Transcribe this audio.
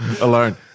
alone